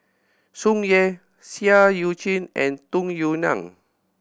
Tsung Yeh Seah Eu Chin and Tung Yue Nang